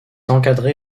encadré